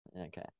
okay